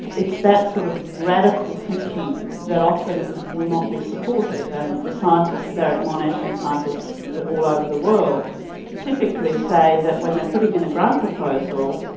it's that sort of radical thinking that often will not be supported. and the scientists at monash and scientists all over the world typically say that when they're putting in a grant proposal,